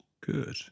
Good